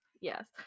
Yes